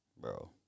Bro